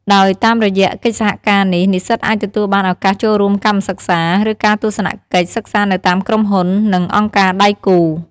ដោយ តាមរយៈកិច្ចសហការនេះ និស្សិតអាចទទួលបានឱកាសចូលរួមកម្មសិក្សា ឬការទស្សនកិច្ចសិក្សានៅតាមក្រុមហ៊ុន និងអង្គការដៃគូ។